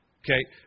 Okay